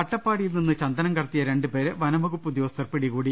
അട്ടപ്പാടിയിൽ നിന്ന് ചന്ദനം കടത്തിയ രണ്ടുപേരെ വനംവ കുപ്പ് ഉദ്യോഗസ്ഥർ പിടികൂടി